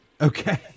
Okay